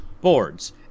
boards